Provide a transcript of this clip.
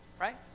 Right